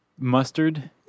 mustard